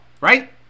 right